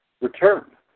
return